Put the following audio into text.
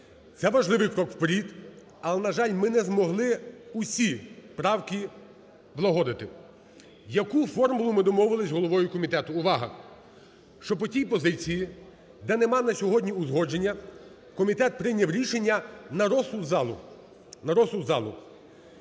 Це важливий крок вперед, але, на жаль, ми не змогли всі правки влагодити. Яку формулу ми домовились з головою комітету. Увага! Що по тій позиції, де нема на сьогодні узгодження, комітет прийняв рішення на розсуд залу,